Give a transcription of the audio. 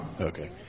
Okay